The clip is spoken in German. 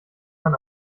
man